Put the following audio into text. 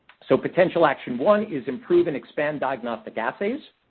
so, potential action one is improve and expand diagnostic assays.